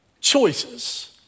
Choices